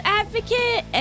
advocate